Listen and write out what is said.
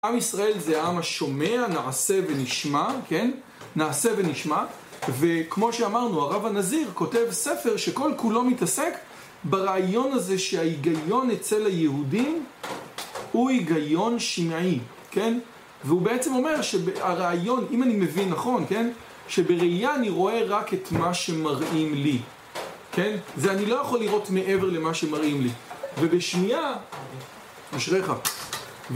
עם ישראל זה עם השומע, נעשה ונשמע, כן? נעשה ונשמע, וכמו שאמרנו, הרב הנזיר כותב ספר שכל כולו מתעסק ברעיון הזה שההיגיון אצל היהודים הוא היגיון שניי, כן? והוא בעצם אומר שהרעיון, אם אני מבין נכון, כן? שבראיה אני רואה רק את מה שמראים לי, כן? זה אני לא יכול לראות מעבר למה שמראים לי. ובשמיעה... אשריך.